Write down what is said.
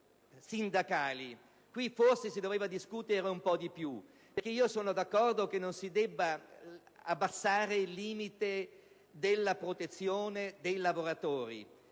si sarebbe dovuto discutere un po' di più. Sono d'accordo che non si debba abbassare il limite della protezione dei lavoratori,